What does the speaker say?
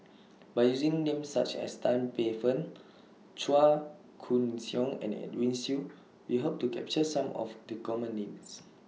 By using Names such as Tan Paey Fern Chua Koon Siong and Edwin Siew We Hope to capture Some of The Common Names